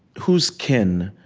who's kin?